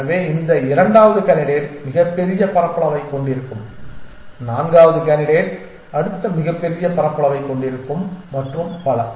எனவே இந்த இரண்டாவது கேண்டிடேட் மிகப்பெரிய பரப்பளவைக் கொண்டிருக்கும் நான்காவது கேண்டிடேட் அடுத்த மிகப்பெரிய பரப்பளவைக் கொண்டிருக்கும் மற்றும் பல